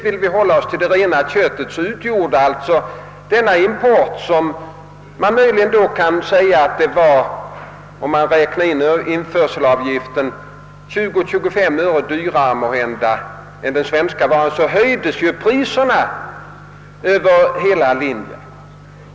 För rent importerat kött blev priset, om man räknar in införselavgiften, 20—25 öre dyrare än den svenska varan. Men man höjde priserna över hela linjen.